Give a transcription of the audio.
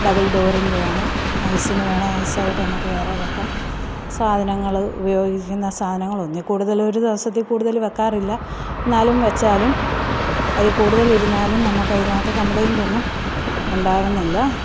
double ഡോറിന്റെയാണെ ഐസിന് വേണെൽ ഐസായിട്ട് നമുക്ക് വേറെ വെക്കാം സാധനങ്ങൾ ഉപയോഗിക്കുന്ന സാധനങ്ങളൊന്നിൽ കൂടുതലൊരു ദിവസത്തിൽ കൂടുതൽ വെക്കാറില്ല എന്നാലും വെച്ചാലും അതിൽ കൂടുതലിരുന്നാലും നമുക്കതിനകത്ത് കമ്പ്ലൈൻറ്റൊന്നും ഉണ്ടാവുന്നില്ല